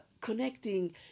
connecting